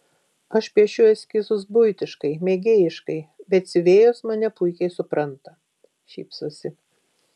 aš piešiu eskizus buitiškai mėgėjiškai bet siuvėjos mane puikiai supranta šypsosi